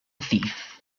thief